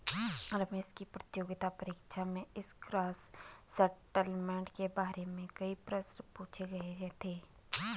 रमेश की प्रतियोगिता परीक्षा में इस ग्रॉस सेटलमेंट के बारे में कई प्रश्न पूछे गए थे